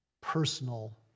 personal